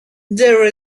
there